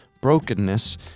brokenness